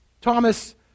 Thomas